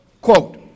quote